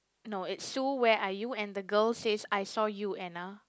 no it's Sue where are you and the girl says I saw you Anna